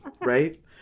right